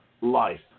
life